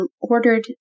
ordered